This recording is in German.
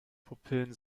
pupillen